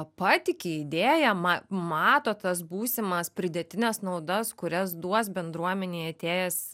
patiki idėja ma mato tas būsimas pridėtines naudas kurias duos bendruomenei atėjęs